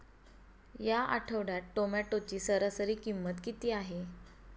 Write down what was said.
या आठवड्यात टोमॅटोची सरासरी किंमत किती आहे?